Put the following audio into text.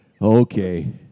Okay